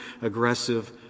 aggressive